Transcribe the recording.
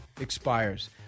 expires